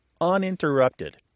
uninterrupted